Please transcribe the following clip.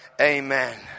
Amen